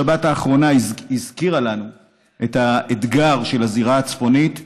השבת האחרונה הזכירה לנו את האתגר של הזירה הצפונית,